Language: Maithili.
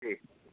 जी